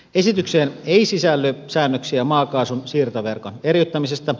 esitykseen ei sisälly säännöksiä maakaasun siirtoverkon eriyttämisestä